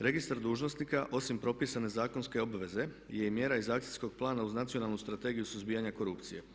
Registar dužnosnika osim propisane zakonske obveze je i mjera iz Akcijskog plana uz Nacionalnu strategiju suzbijanja korupcije.